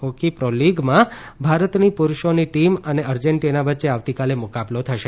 hockey પ્રોલિગમાં ભારતની પુરૂષોની ટીમ અને એર્જન્ટીના વચ્ચે આવતીકાલે મુકાબલો થશે